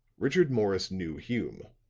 richard morris knew hume.